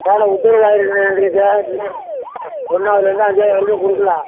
வேலை உத்தரவாயிருக்குங்க எங்களுக்கு ஒன்றாவதுலேந்து அஞ்சாவது வரைக்கும் கொடுக்கலாம்